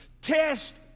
Test